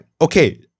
okay